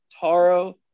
Taro